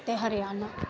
Haryana